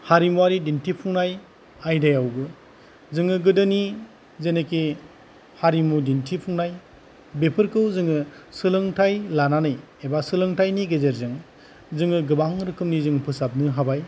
हारिमुआरि दिन्थिफुंनाय आयदायावबो जोङो गोदोनि जायनोखि हारिमु दिन्थिफुंनाय बेफोरखौ जोङो सोलोंथाइ लानानै एबा सोलोंथाइनि गेजेरजों जोङो गोबां रोखोमनि जों फोसाबनो हाबाय